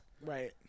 Right